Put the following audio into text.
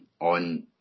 on